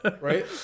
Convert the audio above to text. right